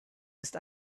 ist